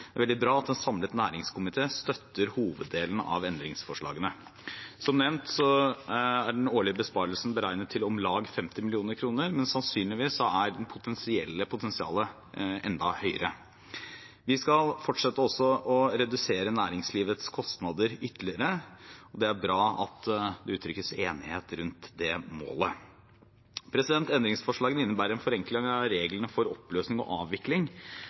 Det er veldig bra at en samlet næringskomité støtter hoveddelen av endringsforslagene. Som nevnt er den årlige besparelsen beregnet til om lag 50 mill. kr, men sannsynligvis er potensialet enda større. Vi skal fortsette å redusere næringslivets kostnader ytterligere, og det er bra at det uttrykkes enighet rundt det målet. Endringsforslagene innebærer en forenkling av reglene for oppløsning og avvikling.